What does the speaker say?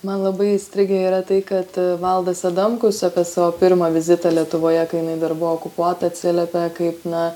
man labai įstrigę yra tai kad valdas adamkus apie savo pirmą vizitą lietuvoje kai jinai dar buvo okupuota atsiliepia kaip na